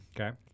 okay